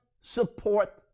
support